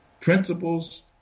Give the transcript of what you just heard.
Principles